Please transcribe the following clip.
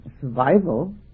survival